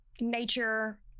nature